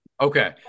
Okay